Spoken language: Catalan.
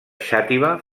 xàtiva